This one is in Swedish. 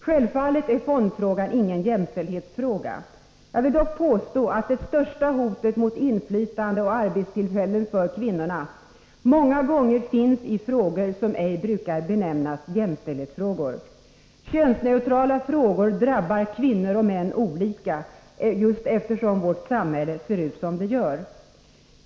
Fondfrågan är självfallet ingen jämställdhetsfråga. Jag vill dock påstå att det största hotet mot inflytande och arbetstillfällen för kvinnorna många gånger finns i frågor som ej brukar benämnas jämställdhetsfrågor. Könsneutrala frågor drabbar kvinnor och män olika, eftersom vårt samhälle ser ut som det gör.